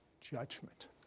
judgment